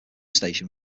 station